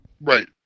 Right